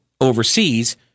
overseas